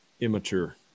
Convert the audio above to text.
Immature